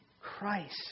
Christ